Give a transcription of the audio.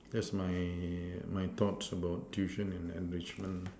that's my my thoughts about tuition and enrichment